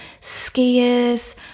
skiers